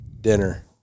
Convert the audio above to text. dinner